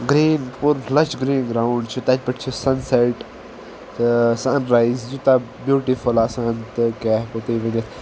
green lush green ground چھُ تتہِ پٮ۪ٹھ چھُ سنسیٚٹ تہٕ سنرایِز یوٗتاہ بیوٗٹفُل آسان تہٕ کیٛاہ ہٮ۪کو تۄہہِ ؤنِتھ